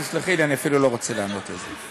תסלחי לי, אני אפילו לא רוצה לענות על זה.